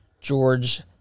George